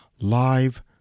live